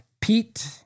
Pete